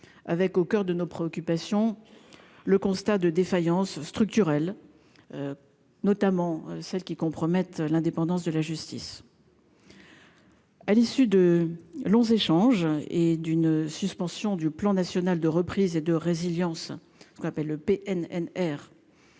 avec, au coeur de nos préoccupations, le constat de défaillance structurelle, notamment celles qui compromettent l'indépendance de la justice. à l'issue de longs échanges et d'une suspension du plan national de reprise et de résilience, ce qu'on appelle le PNR